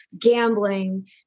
gambling